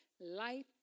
life